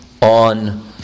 on